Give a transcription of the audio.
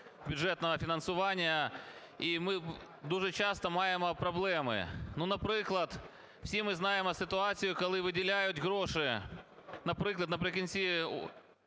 бюджетного фінансування, і ми дуже часто маємо проблеми. Наприклад, всі ми знаємо ситуацію, коли виділяють гроші, наприклад, наприкінці